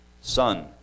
Son